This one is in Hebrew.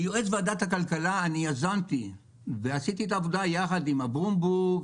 כיועץ ועדת הכלכלה יזמתי ועשיתי את העבודה יחד עם אברום בורג